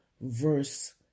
verse